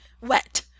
wet